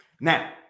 Now